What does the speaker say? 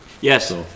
Yes